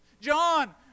John